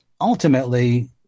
ultimately